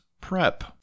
prep